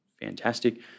fantastic